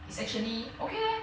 it's actually okay